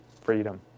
freedom